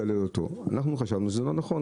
אנחנו חשבנו שזה לא נכון,